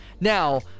now